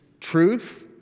truth